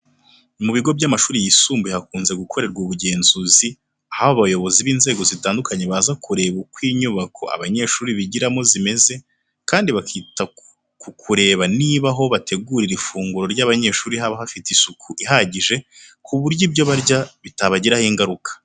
Mu bigo by'amashuri yisumbuye hakunze gukorerwa ubugenzuzi, aho abayobozi b'inzego zitandukanye baza kureba uko inyubako abanyeshuri bigiramo zimeze kandi bakita ku kureba niba aho bategurira ifunguro ry'abanyeshuri haba hafite isuku ihagije ku buryo ibyo barya bitabagiraho ingaruka.